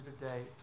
today